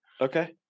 Okay